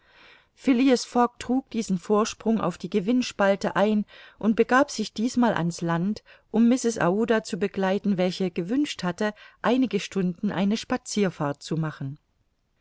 trug diesen vorsprung auf die gewinnspalte ein und begab sich diesmal an's land um mrs aouda zu begleiten welche gewünscht hatte einige stunden eine spazierfahrt zu machen